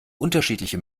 unterschiedliche